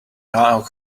now